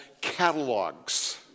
catalogs